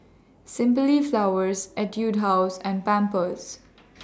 Simply Flowers Etude House and Pampers